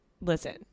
Listen